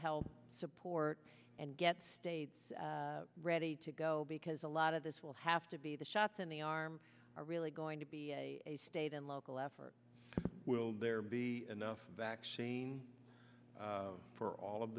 help support and get states ready to go because a lot of this will have to be the shots in the arm are really going to be a state and local effort will there be enough vaccine for all of